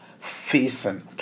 facing